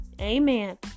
Amen